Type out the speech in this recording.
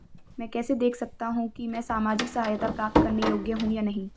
मैं कैसे देख सकता हूं कि मैं सामाजिक सहायता प्राप्त करने योग्य हूं या नहीं?